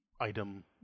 item